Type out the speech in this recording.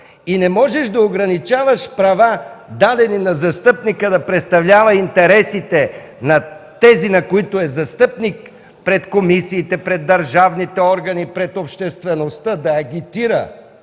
Не можеш да ограничаваш права, дадени на застъпника да представлява интересите на тези, на които е застъпник пред комисиите, пред държавните органи, пред обществеността да агитира